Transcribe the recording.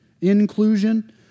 inclusion